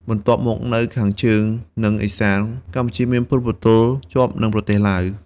បន្ទាប់មកនៅខាងជើង និងឦសាន្ត កម្ពុជាមានព្រំប្រទល់ជាប់នឹងប្រទេសឡាវ។